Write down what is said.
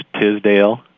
Tisdale